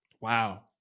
Wow